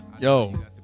yo